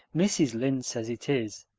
mrs. lynde says it is.